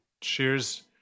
Cheers